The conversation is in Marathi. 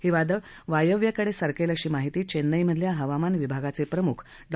हे वादळ वायव्येकडे सरकेल अशी माहिती चेन्नईमधल्या हवामान विभागाचे प्रमुख डॉ